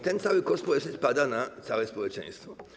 Ten koszt społeczny spada na całe społeczeństwo.